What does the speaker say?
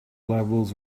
levels